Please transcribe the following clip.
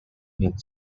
mint